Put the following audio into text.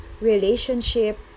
relationship